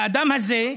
לאדם הזה,